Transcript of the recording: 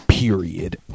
Period